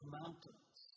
mountains